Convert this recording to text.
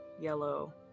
yellow